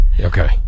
Okay